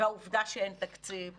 והעובדה שאין תקציב וכו',